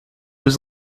was